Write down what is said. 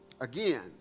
again